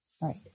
Right